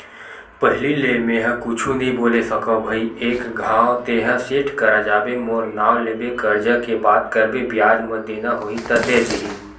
पहिली ले मेंहा कुछु नइ बोले सकव भई एक घांव तेंहा सेठ करा जाबे मोर नांव लेबे करजा के बात करबे बियाज म देना होही त दे दिही